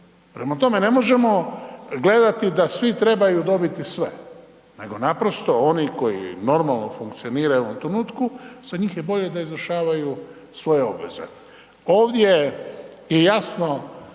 Prema tome, ne možemo gledati da svi trebaju dobiti sve, nego naprosto oni koji normalno funkcioniraju u ovom trenutku, za njih je bolje da izvršavaju svoje obveze.